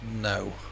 No